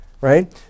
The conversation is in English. right